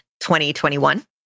2021